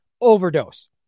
overdose